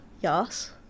yes